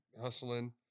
hustling